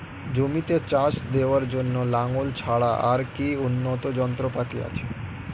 জমিতে চাষ দেওয়ার জন্য লাঙ্গল ছাড়া আর কি উন্নত যন্ত্রপাতি আছে?